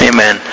Amen